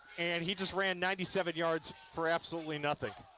and he does win ninety seven yards for absolutely nothing